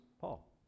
Paul